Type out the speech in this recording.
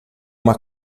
uma